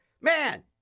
man